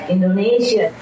Indonesia